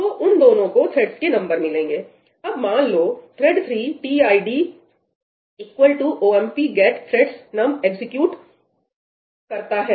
तो उन दोनों को थ्रेड्स के नंबर मिलेंगे अब मान लो thread 3 tid equal to omp get threads num execute करता है